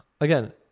Again